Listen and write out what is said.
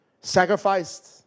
sacrificed